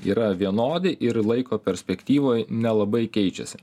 yra vienodi ir laiko perspektyvoj nelabai keičiasi